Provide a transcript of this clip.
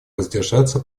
воздержаться